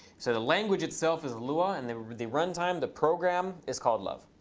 so the language itself is lua, and the the runtime, the program, is called love.